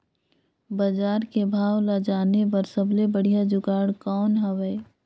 बजार के भाव ला जाने बार सबले बढ़िया जुगाड़ कौन हवय?